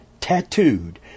tattooed